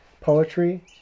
poetry